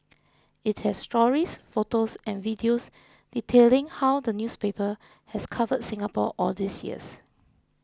it has stories photos and videos detailing how the newspaper has covered Singapore all these years